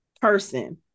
person